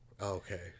Okay